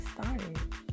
started